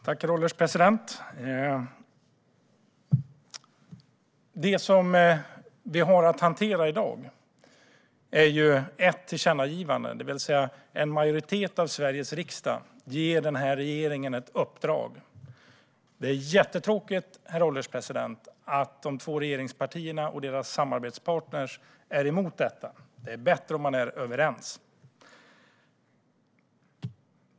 Herr ålderspresident! Det som vi har att hantera i dag är ett tillkännagivande, det vill säga att en majoritet i Sveriges riksdag ger regeringen ett uppdrag. Det är jättetråkigt, herr ålderspresident, att de två regeringspartierna och deras samarbetspartner är emot detta. Det är bättre om man är överens.